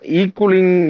equaling